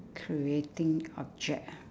creating object ah